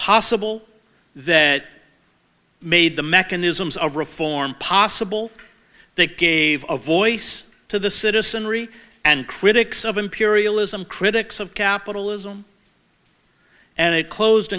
possible that made the mechanisms of reform possible they gave voice to the citizen rhee and critics of imperialism critics of capitalism and it closed